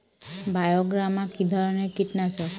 বায়োগ্রামা কিধরনের কীটনাশক?